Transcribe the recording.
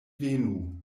venu